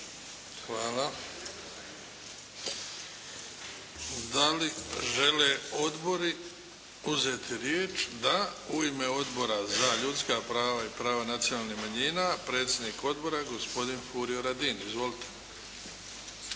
Hvala. Da li žele odbori uzeti riječ? Da. U ime Odbora za ljudska prava i prava nacionalnih manjina, predsjednik Odbora gospodin Furio Radin. Izvolite.